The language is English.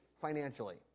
financially